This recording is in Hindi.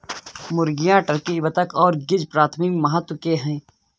मुर्गियां, टर्की, बत्तख और गीज़ प्राथमिक महत्व के हैं